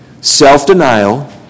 Self-denial